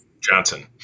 Johnson